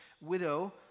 widow